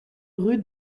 rue